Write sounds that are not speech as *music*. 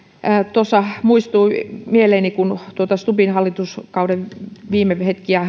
tuossa muistui mieleeni kun kerrattiin stubbin hallituskauden viime hetkiä *unintelligible*